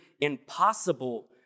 impossible